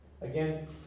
Again